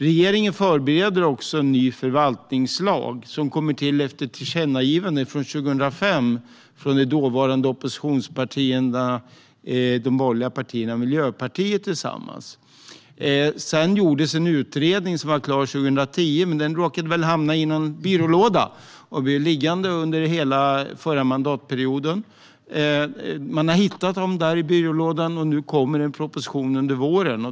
Regeringen förbereder en ny förvaltningslag som kommer till efter ett tillkännagivande från 2005 från de dåvarande oppositionspartierna, de borgerliga partierna och Miljöpartiet, tillsammans. Sedan gjordes en utredning som var klar 2010, men den råkade väl hamna i någon byrålåda och blev liggande under hela förra mandatperioden. Man har nu hittat den i byrålådan, och det kommer en proposition under våren.